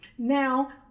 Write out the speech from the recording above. Now